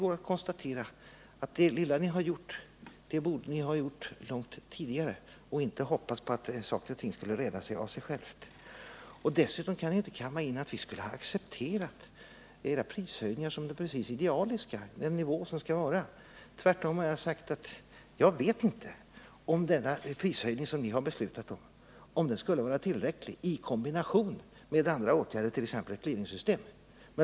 Man kan konstatera att det lilla som ni har gjort borde ni ha gjort långt tidigare och inte bara ha hoppats på att problemet skulle lösa sig självt. Dessutom kan ni inte säga att vi skulle ha accepterat era prishöjningar som just de idealiska. Tvärtom har jag sagt att jag inte vet om den prishöjning som ni har beslutat om är tillräcklig annat än i kombination med andra åtgärder, t.ex. ett clearingsystem.